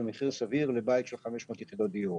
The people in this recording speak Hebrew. זה מחיר סביר לבית של 500 יחידות דיור.